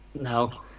No